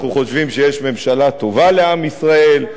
אנחנו חושבים שיש ממשלה טובה לעם ישראל,